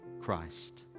Christ